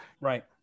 right